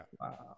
Wow